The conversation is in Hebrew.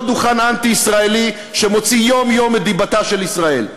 דוכן אנטי-ישראלי שמוציא יום-יום את דיבתה של ישראל?